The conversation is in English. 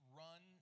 run